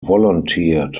volunteered